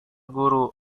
guru